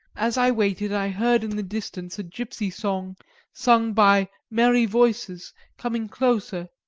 as i waited i heard in the distance a gipsy song sung by merry voices coming closer,